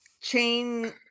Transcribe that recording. chain